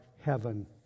heaven